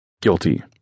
guilty